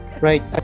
Right